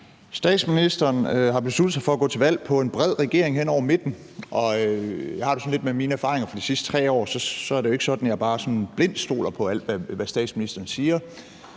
Statsministeren har besluttet sig for at gå til valg på en bred regering hen over midten. Og jeg har det lidt sådan, at med mine erfaringer fra de sidste 3 år er det jo ikke sådan, at jeg bare blindt stoler på alt, hvad statsministeren siger.